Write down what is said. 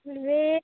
food rate